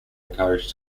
encouraged